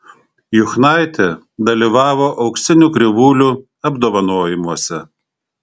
juchnaitė dalyvavo auksinių krivūlių apdovanojimuose